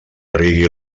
rigui